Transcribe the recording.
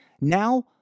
now